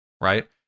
right